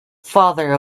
father